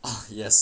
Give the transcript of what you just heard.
ah yes